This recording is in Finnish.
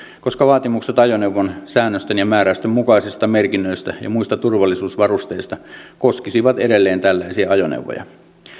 koska vaatimukset ajoneuvon säännösten ja määräysten mukaisista merkinnöistä ja muista turvallisuusvarusteista koskisivat edelleen tällaisia ajoneuvoja